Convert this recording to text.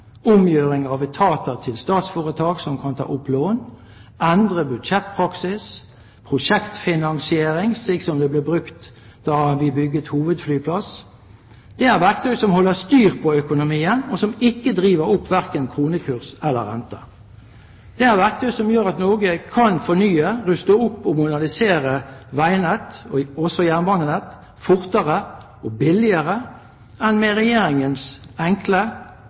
omgjøring av etater til statsforetak som kan ta opp lån, endre budsjettpraksis, prosjektfinansiering, slik som ble brukt da vi bygde ny hovedflyplass. Det er verktøy som holder styr på økonomien, og som ikke driver opp verken kronekurs eller rente. Det er verktøy som gjør at Norge kan fornye, ruste opp og modernisere veinett og jernbanenett fortere og billigere enn med Regjeringens enkle,